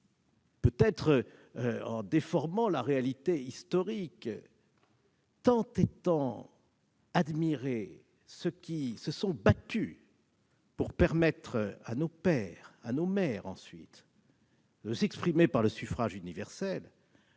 peut-être, en déformant la réalité historique, tant et tant admiré ceux qui se sont battus pour permettre à nos pères, puis à nos mères de s'exprimer par le suffrage universel